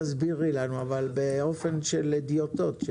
תסבירי לנו אבל הסבר להדיוטות.